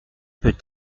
peut